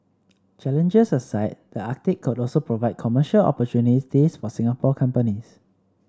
challenges aside the Arctic could also provide commercial opportunities for Singapore companies